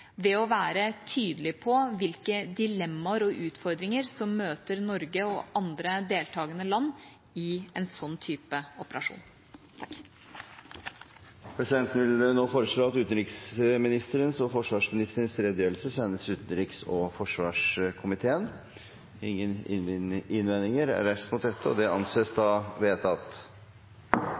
ved å være tydelig på hvilke dilemmaer og utfordringer som møter Norge og andre deltakende land i en sånn type operasjon. Presidenten vil foreslå at utenriksministerens og forsvarsministerens redegjørelse sendes utenriks- og forsvarskomiteen. – Ingen innvendinger er reist mot dette, og det anses vedtatt.